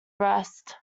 rest